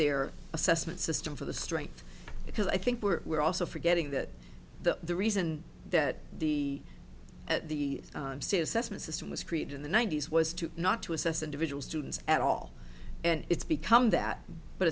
their assessment system for the strength because i think we're we're also forgetting that the reason that the at the state assessment system was created in the ninety's was to not to assess individual students at all and it's become that but